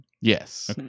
Yes